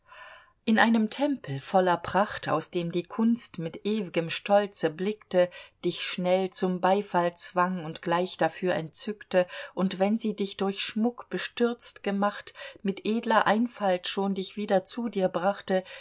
in einem tempel voller pracht aus dem die kunst mit ewgem stolze blickte dich schnell zum beifall zwang und gleich dafür entzückte und wenn sie dich durch schmuck bestürzt gemacht mit edler einfalt schon dich wieder zu dir brachte